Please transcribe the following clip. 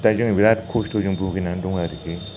दा जों बिराथ खस्थ'जों भुगिनानै दं आरोखि